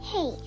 Hey